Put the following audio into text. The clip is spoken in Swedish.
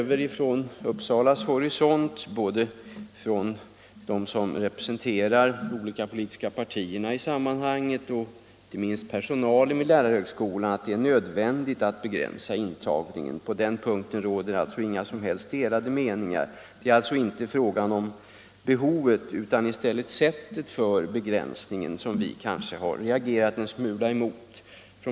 Vi är från Uppsalas horisont — det gäller både de olika politiska partierna och, inte minst, personalen på lärarhögskolan — helt på det klara med att det är nödvändigt att begränsa intagningen. På den punkten råder inga som helst delade meningar. Det är alltså inte mot behovet utan mot sättet för begränsningen som vi reagerat en smula.